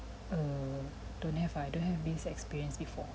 err don't have ah I don't have this experience before